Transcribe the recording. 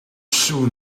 soon